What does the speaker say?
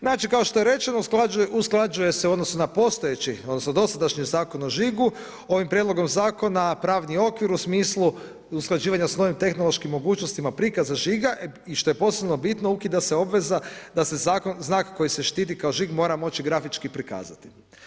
Znači, kao što je rečeno usklađuje se u odnosu na postojeći odnosno, dosadašnji Zakon o žigu, ovim Prijedlogom zakona, pravni okvir u smislu usklađivanja s novim tehnološkim mogućnostima prikaza žiga i što je posebno bitno ukida se obveza da se znak koji se štiti kao žig mora moći grafički prikazati.